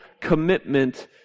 commitment